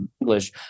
English